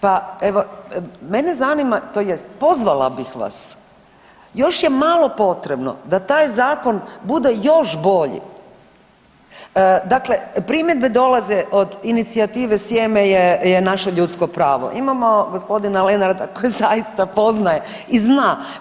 Pa evo mene zanima tj. pozvala bih vas, još je malo potrebno da taj zakon bude još bolji dakle primjedbe dolaze od inicijative „Sjeme je naše ljudsko pravo“ imamo gospodina Lenarda koji zaista poznaje i zna.